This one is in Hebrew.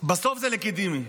זה לגיטימי.